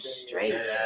straight